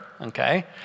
okay